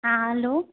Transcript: हँ हेलो